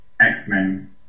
X-Men